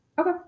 Okay